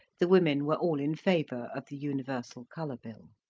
the women were all in favour of the universal colour bill.